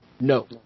No